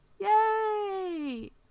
yay